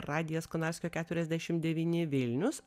radijas konarskio keturiasdešim devyni vilnius